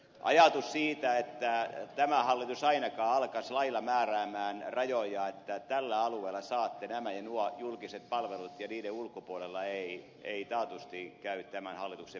ajatus siitä että tämä hallitus ainakaan alkaisi lailla määräämään rajoja että tällä alueella saatte nämä ja nuo julkiset palvelut ja niiden ulkopuolella ei ei taatusti käy tämän hallituksen pirtaan